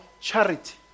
charity